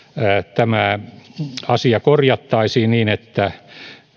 tämä asia korjattaisiin niin että